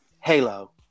Halo